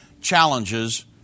challenges